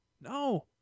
No